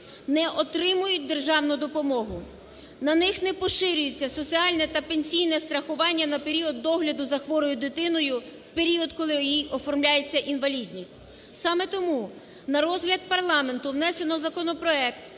Не отримують державну допомогу, на них не поширюється соціальне та пенсійне страхування на період догляду за хворою дитиною в період, коли їй оформляється інвалідність. Саме тому на розгляд парламенту внесено законопроект